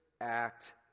act